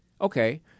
Okay